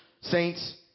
saints